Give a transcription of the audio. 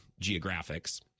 geographics